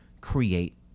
create